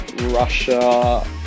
Russia